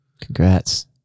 Congrats